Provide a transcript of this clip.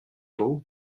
beau